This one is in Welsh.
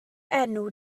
enw